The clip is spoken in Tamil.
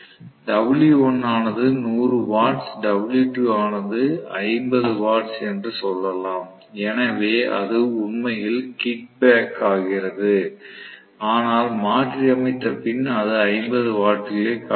W1 ஆனது 100 வாட்ஸ் W2 ஆனது மைனஸ் 50 வாட்ஸ் என்று சொல்லலாம் எனவே அது உண்மையில் கிக் பேக் ஆகிறது ஆனால் மாற்றி அமைத்த பின் அது 50 வாட்களைக் காட்டியுள்ளது எனவே நீங்கள் W1 ஐ பிளஸ் 100 வாட்ஸ் ஆகவும் W2 ஐ மைனஸ் 50 வாட்ஸ் ஆகவும் காண்பிப்பீர்கள்